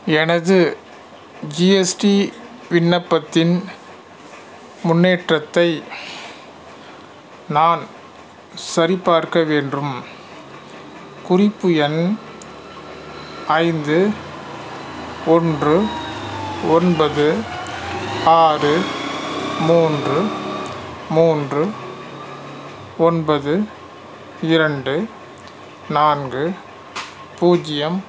எனது ஜிஎஸ்டி விண்ணப்பத்தின் முன்னேற்றத்தை நான் சரிப்பார்க்க வேண்டும் குறிப்பு எண் ஐந்து ஒன்று ஒன்பது ஆறு மூன்று மூன்று ஒன்பது இரண்டு நான்கு பூஜ்ஜியம்